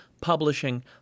Publishing